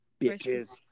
bitches